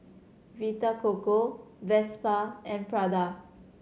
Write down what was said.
Vita Coco Vespa and Prada